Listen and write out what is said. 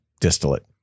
distillate